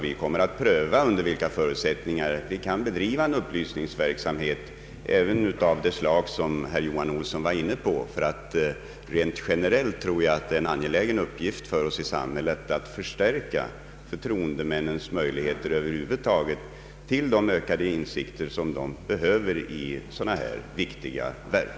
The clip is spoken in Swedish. Vi kommer att pröva under vilka förutsättningar vi kan bedriva en upplysningsverksamhet av det slag som herr Johan Olsson var inne på. Generellt tror jag att det är en angelägen uppgift att förstärka förtroendemännens möjligheter att få de ökade insikter som de behöver i sådana här viktiga värv.